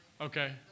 Okay